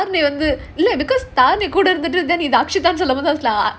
வந்து:vandhu because tharani கூட இருந்துட்டு:kooda irunthutu then சொல்லும்போது:sollumpothu lah